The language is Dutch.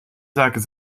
zaken